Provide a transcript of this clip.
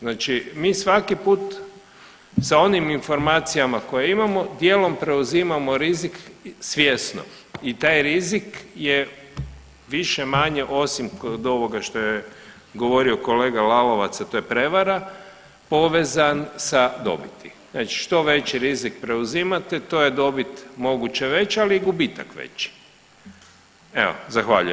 Znači mi svaki put sa onim informacijama koje imamo dijelom preuzimamo rizik svjesno i taj rizik je više-manje osim kod ovoga što je govorio kolega Lalovac, a to je prevara, povezan sa dobiti, znači što veći rizik preuzimate to je dobit moguće veća, ali i gubitak veći, evo zahvaljujem.